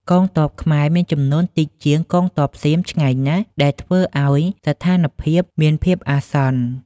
កងទ័ពខ្មែរមានចំនួនតិចជាងកងទ័ពសៀមឆ្ងាយណាស់ ដែលធ្វើឱ្យស្ថានភាពមានភាពអាសន្ន។